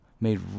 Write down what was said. made